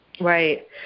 Right